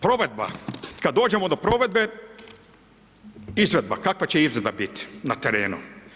Provedba, kad dođemo do provedbe, izvedba, kakva će izvedba biti na terenu?